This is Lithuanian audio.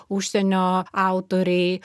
užsienio autoriai